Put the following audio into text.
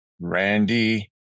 Randy